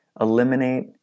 eliminate